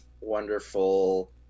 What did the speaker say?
wonderful